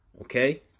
okay